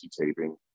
taping